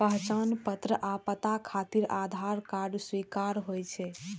पहचान पत्र आ पता खातिर आधार कार्ड स्वीकार्य होइ छै